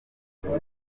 dusabe